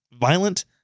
violent